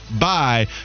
Bye